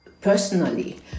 personally